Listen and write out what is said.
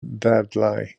ddadlau